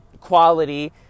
quality